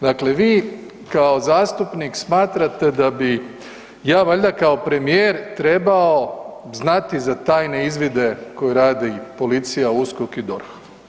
Dakle vi kao zastupnik smatrate da bi ja valjda kao premijer trebao znati za tajne izvide koje rade i policija, USKOK i DORH.